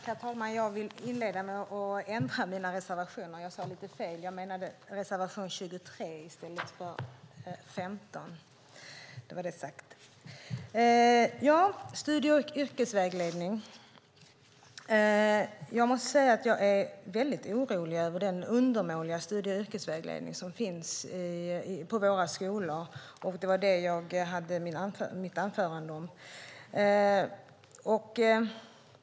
Herr talman! Jag vill inleda med att ändra mina yrkanden. Jag sade lite fel. Jag menade reservation 23 i stället för reservation 15. Jag är väldigt orolig över den undermåliga studie och yrkesvägledning som finns på våra skolor. Det var det mitt anförande handlade om.